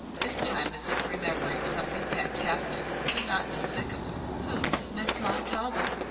this time as if remembering something fantastic, but not despicable. who is miss montaubyn?